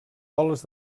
boles